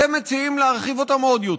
אתם מציעים להרחיב אותן עוד יותר.